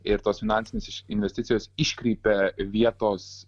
ir tos finansinės investicijos iškreipia vietos